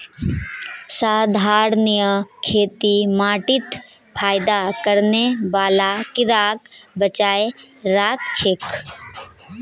संधारणीय खेती माटीत फयदा करने बाला कीड़ाक बचाए राखछेक